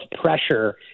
pressure